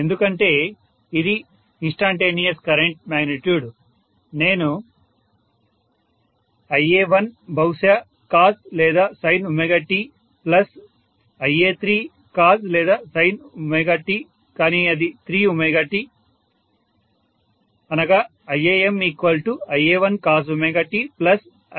ఎందుకంటే ఇది instantaneous current magnitude నేను ia1 బహుశా cos లేదా sint ప్లస్ ia3 cos లేదా sint కానీ అది 3t